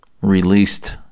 released